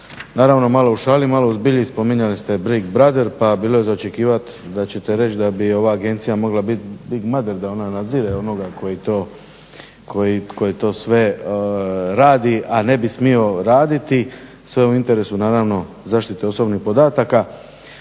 Naravno malo u šali, malo u zbilji. Spominjali ste big brother, pa bilo je za očekivat da ćete reći da bi ova Agencija mogla bit big mother, da ona nadzire onoga koji to sve radi a ne bi smio raditi sve u interesu naravno zaštite osobnih podataka.